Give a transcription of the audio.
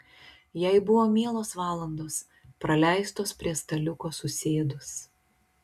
jai buvo mielos valandos praleistos prie staliuko susėdus